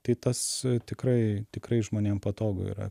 tai tas tikrai tikrai žmonėm patogu yra